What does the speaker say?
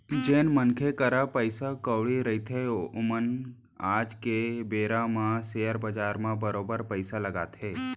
जेन मनखे करा पइसा कउड़ी रहिथे ओमन आज के बेरा म सेयर बजार म बरोबर पइसा लगाथे